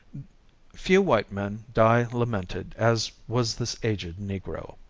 few white men die lamented as was this aged negro.